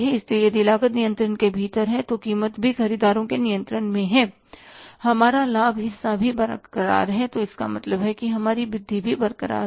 इसलिए यदि लागत नियंत्रण के भीतर है तो कीमत भी खरीदारों के नियंत्रण में है हमारा लाभ हिस्सा भी बरकरार है तो इसका मतलब है कि हमारी वृद्धि भी बरकरार है